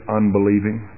unbelieving